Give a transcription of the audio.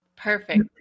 Perfect